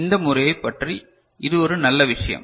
இந்த முறையைப் பற்றி இது ஒரு நல்ல விஷயம்